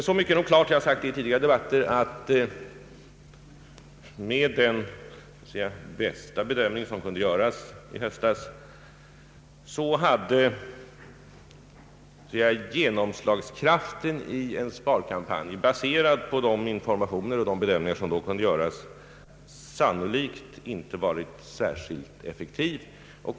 Så mycket är klart, och det har jag sagt vid tidigare debatter, att med den så att säga bästa bedömning som kunde göras i höstas hade genomslagskraften i en sparkampanj, baserad på de informationer och de bedömningar som då kunde göras, sannolikt inte varit särskilt effektiv.